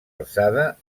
alçada